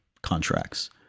contracts